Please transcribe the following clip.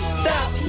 stop